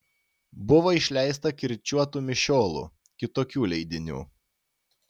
buvo išleista kirčiuotų mišiolų kitokių leidinių